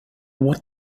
what